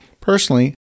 Personally